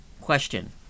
Question